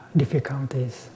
difficulties